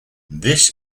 this